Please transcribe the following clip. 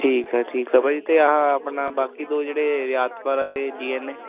ਠੀਕ ਹੈ ਠੀਕ ਹੈ ਅਤੇ ਭਾਅ ਜੀ ਇਹ ਆਪਣੇ ਬਾਕੀ ਦੋ ਜਿਹੜੇ ਰਿਆਤ ਬਹਾਰਾ ਅਤੇ ਜੀ ਐੱਨ ਏ